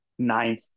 Ninth